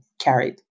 carried